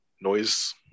noise